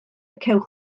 cewch